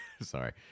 sorry